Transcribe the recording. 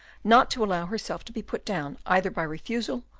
not to allow herself to be put down either by refusal,